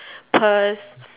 purse